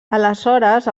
aleshores